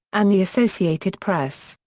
and the associated press,